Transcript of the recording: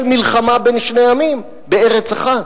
של מלחמה בין שני עמים בארץ אחת.